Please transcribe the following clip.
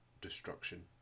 destruction